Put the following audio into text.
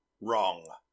Wrong